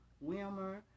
Wilmer